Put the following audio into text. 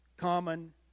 common